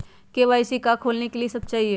KYC का का खोलने के लिए कि सब चाहिए?